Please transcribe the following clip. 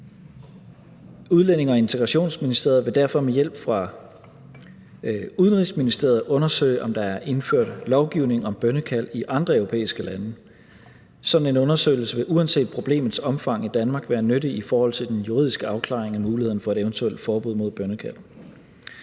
Udlændinge- og Integrationsministeriet vil derfor med hjælp fra Udenrigsministeriet undersøge, om der er indført lovgivning om bønnekald i andre europæiske lande. Sådan en undersøgelse vil uanset problemets omfang i Danmark være nyttig i forhold til den juridiske afklaring af mulighederne for et eventuelt forbud mod bønnekald.